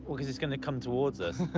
well, cause it's gonna come towards us.